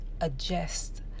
adjust